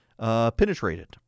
Penetrated